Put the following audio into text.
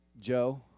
Joe